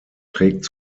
trägt